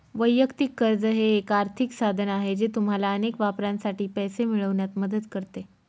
वैयक्तिक कर्ज हे एक आर्थिक साधन आहे जे तुम्हाला अनेक वापरांसाठी पैसे मिळवण्यात मदत करते